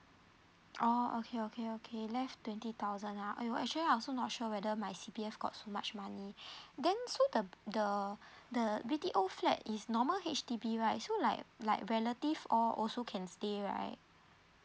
oh okay okay okay left twenty thousand ah !aiyo! actually I also not sure whether my C_P_F got so much money then so the the the B_T_O flat is normal H_D_B right so like like relative all also can stay right